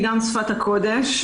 גם שפת הקודש.